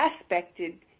aspected